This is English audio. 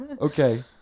Okay